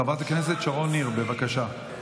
חברת הכנסת שרון ניר, בבקשה.